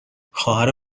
خواهر